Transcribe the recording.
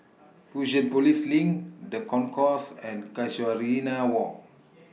Fusionopolis LINK The Concourse and Casuarina Walk